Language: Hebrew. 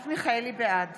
בעד